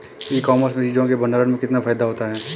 ई commerce में चीज़ों के भंडारण में कितना फायदा होता है?